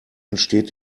entsteht